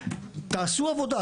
תעשו עבודה,